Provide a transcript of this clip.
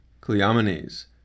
Cleomenes